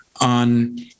on